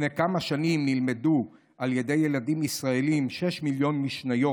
לפני כמה שנים נלמדו על ידי ילדים ישראלים שישה מיליון משניות.